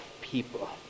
people